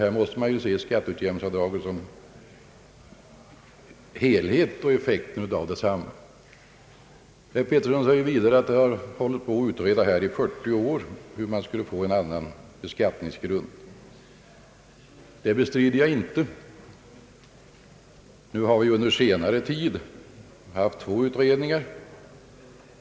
Här måste man se skatteutjämningsbidraget och effekten av detsamma som en helhet. Herr Pettersson säger vidare att man nu i 40 år har hållit på att utreda hur vi skulle få en annan beskattningsgrund. Det bestrider jag inte. Vi har under senare tid haft två utredningar.